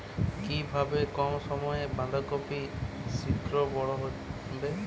কিভাবে কম সময়ে বাঁধাকপি শিঘ্র বড় হবে?